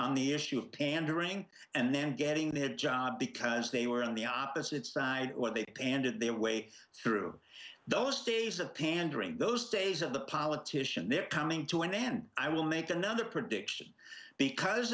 issue of pandering and then getting their jobs because they were on the opposite side or they handed their way through those days of pandering those days of the politician they're coming to an end i will make another prediction because